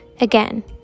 Again